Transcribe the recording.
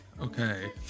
okay